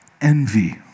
envy